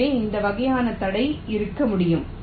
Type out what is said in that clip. எனவே இந்த வகையான தடை இருக்க முடியும்